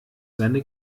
seine